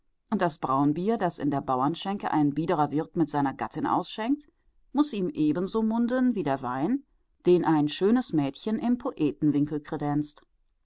und das braunbier das in der bauernschenke ein biederer wirt mit seiner gattin ausschenkt muß ihm ebenso munden wie der wein den ein schönes mädchen im poetenwinkel kredenzt